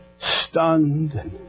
stunned